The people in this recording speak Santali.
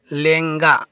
ᱞᱮᱸᱜᱟ